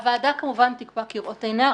הוועדה כמובן תקבע כראות עיניה,